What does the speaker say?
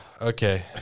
Okay